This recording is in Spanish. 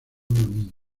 mina